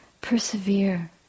persevere